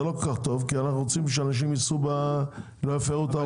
זה לא כל כך טוב כי אנחנו צריכים שאנשים לא יפרו את ההוראה הזאת.